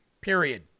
period